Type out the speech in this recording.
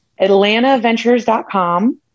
AtlantaVentures.com